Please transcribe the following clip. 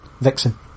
Vixen